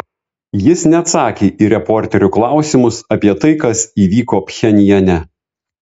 jis neatsakė į reporterių klausimus apie tai kas įvyko pchenjane